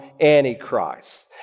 Antichrist